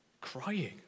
crying